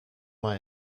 mal